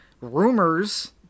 rumors